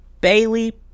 Bailey